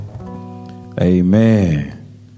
Amen